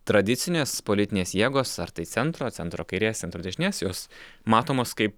tradicinės politinės jėgos ar tai centro centro kairės centro dešinės jos matomos kaip